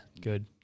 good